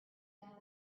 down